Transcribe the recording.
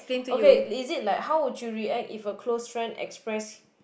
okay is it like how would you react if a close friend express